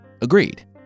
agreed